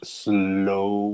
slow